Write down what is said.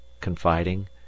confiding